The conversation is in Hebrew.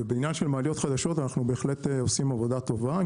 ובעניין של מעליות חדשות אנחנו בהחלט עושים עבודה טובה.